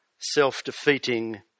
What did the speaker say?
self-defeating